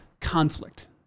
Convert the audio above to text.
conflict